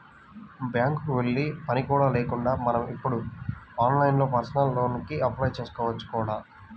బ్యాంకుకి వెళ్ళే పని కూడా లేకుండా మనం ఇప్పుడు ఆన్లైన్లోనే పర్సనల్ లోన్ కి అప్లై చేసుకోవచ్చు కూడా